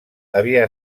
havia